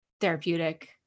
therapeutic